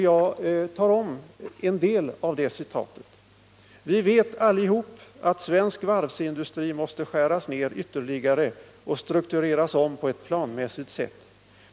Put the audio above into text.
Jag återger en del av vad jag citerade vid det tillfället: ”Vi vet allihop att svensk varvsindustri måste skäras ner ytterligare och struktureras om på ett planmässigt sätt.